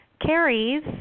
carries